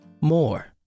more